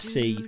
See